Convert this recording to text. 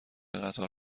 قطار